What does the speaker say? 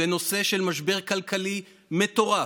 ונושא של משבר כלכלי מטורף.